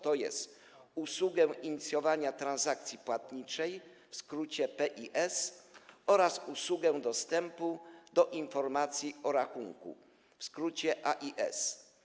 Chodzi o usługę inicjowania transakcji płatniczej, w skrócie PIS, oraz usługę dostępu do informacji o rachunku, w skrócie AIS.